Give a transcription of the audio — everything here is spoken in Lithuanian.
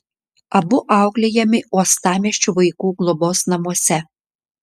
abu auklėjami uostamiesčio vaikų globos namuose